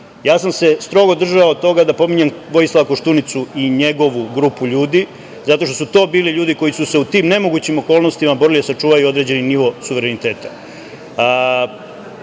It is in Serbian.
ja sam se strogo držao toga da pominjem Vojislava Koštunicu i njegovu grupu ljudi, zato što su to bili ljudi koji su se u tim nemogućim okolnostima borili da sačuvaju određeni nivo suvereniteta. Gospođa